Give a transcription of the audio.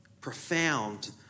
profound